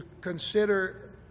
consider